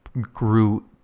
grew